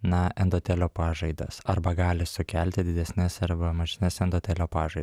na endotelio pažaidas arba gali sukelti didesnes arba mažesnes endotelio pažai